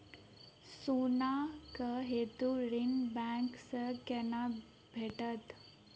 सोनाक हेतु ऋण बैंक सँ केना भेटत?